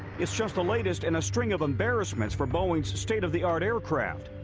it's just the latest in a string of embarrassments for boeing's state of the art aircraft.